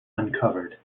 uncovered